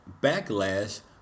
backlash